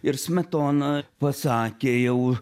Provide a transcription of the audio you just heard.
ir smetona pasakė jau